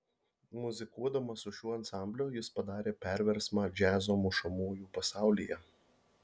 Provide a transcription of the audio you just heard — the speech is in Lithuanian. muzikuodamas su šiuo ansambliu jis padarė perversmą džiazo mušamųjų pasaulyje